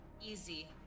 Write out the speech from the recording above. Easy